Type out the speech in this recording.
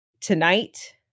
tonight